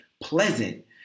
pleasant